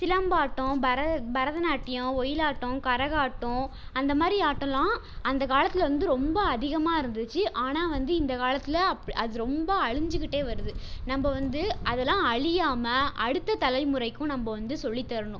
சிலம்பாட்டம் பர பரதநாட்டியம் ஒயிலாட்டம் கரகாட்டோம் அந்தமாரி ஆட்டோல்லாம் அந்த காலத்தில் வந்து ரொம்ப அதிகமாக இருந்துச்சு ஆனால் வந்து இந்த காலத்தில் அப் அது ரொம்ப அழிஞ்சு கிட்டே வருது நம்ம வந்து அதலாம் அழியாமல் அடுத்த தலைமுறைக்கும் நம்ம வந்து சொல்லித்தரணும்